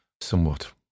somewhat